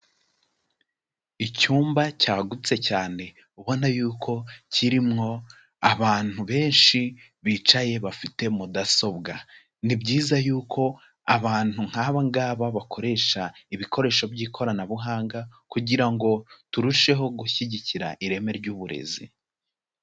Icyumba cyagutse cyane ubona y'uko kirimo abantu benshi bicaye bafite mudasobwa, ni byiza y'uko abantu nk'aba ngaba bakoresha ibikoresho by'ikoranabuhanga kugira ngo turusheho gushyigikira ireme ry'uburezi.